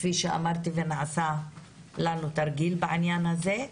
כמו שאמרתי, נעשה לנו תרגיל בעניין הזה.